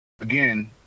Again